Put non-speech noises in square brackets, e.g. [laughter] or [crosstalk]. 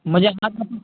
मजा [unintelligible]